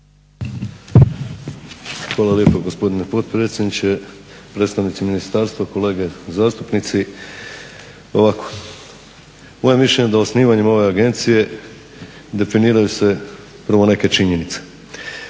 Hvala lijepo gospodine potpredsjedniče, predstavnici ministarstva, kolege zastupnici. Ovako, moje je mišljenje da osnivanjem ove agencije definiraju se prvo neke činjenice.